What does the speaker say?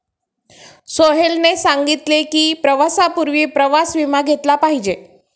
सोहेलने सांगितले की, प्रवासापूर्वी प्रवास विमा घेतला पाहिजे